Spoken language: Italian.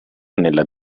nella